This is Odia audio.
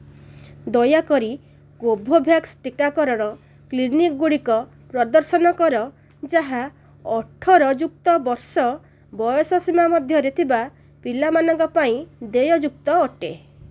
ଦୟାକରି କୋଭୋଭ୍ୟାକ୍ସ ଟିକାକରଣ କ୍ଲିନିକ୍ ଗୁଡ଼ିକ ପ୍ରଦର୍ଶନ କର ଯାହା ଅଠର ଯୁକ୍ତ ବର୍ଷ ବୟସ ସୀମା ମଧ୍ୟରେ ଥିବା ପିଲାମାନଙ୍କ ପାଇଁ ଦେୟଯୁକ୍ତ ଅଟେ